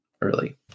early